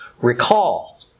recall